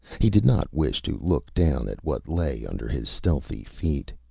he did not wish to look down at what lay under his stealthy feet.